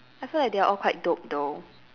I feel like they're all quite dope though